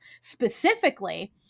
specifically